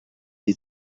sie